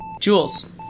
Jules